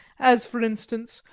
as, for instance,